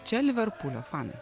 čia liverpulio fanai